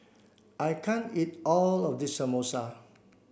I can't eat all of this Samosa